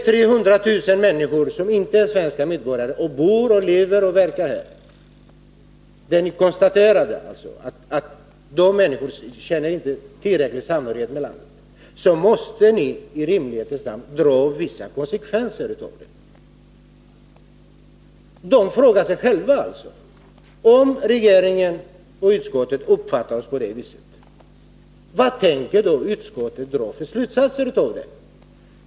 300 000 människor, som inte är svenska medborgare, bor och lever och verkar här. När ni har konstaterat att de människorna inte känner tillräcklig samhörighet med landet, måste ni i rimlighetens namn dra vissa konsekvenser av det. Alla de här människorna frågar sig: Om regeringen och utskottet uppfattar oss på det sättet, vad tänker då utskottet dra för slutsatser av detta?